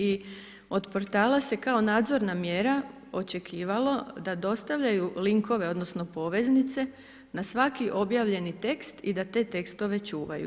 I od portala se kao nadzorna mjera očekivalo da dostavljaju linkove, odnosno poveznice na svaki objavljeni tekst i da te tekstove čuvaju.